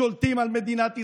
שולטים על מדינת ישראל,